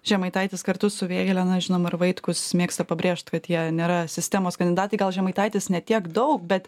žemaitaitis kartu su vėgele na žinoma ir vaitkus mėgsta pabrėžt kad jie nėra sistemos kandidatai gal žemaitaitis ne tiek daug bet